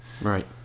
right